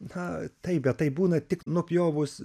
na taip bet taip būna tik nupjovus